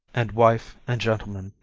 and wife, and gentlemen,